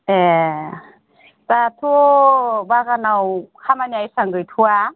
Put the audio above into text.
ए दाथ' बागानाव खामानिया एसेबां गैथ'वा